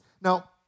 Now